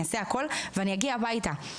אעשה הכול ואגיע הביתה.